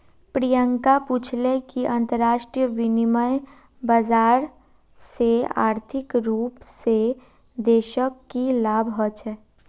प्रियंका पूछले कि अंतरराष्ट्रीय विनिमय बाजार से आर्थिक रूप से देशक की लाभ ह छे